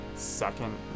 second